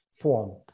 form